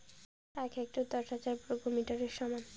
এক হেক্টর দশ হাজার বর্গমিটারের সমান